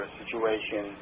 situation